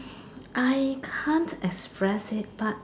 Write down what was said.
I can't express it but